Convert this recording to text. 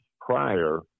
prior